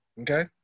Okay